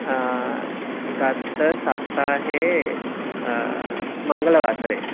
गतसप्ताहे मङ्गलवासरे